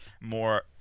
more